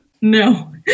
No